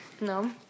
No